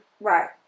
Right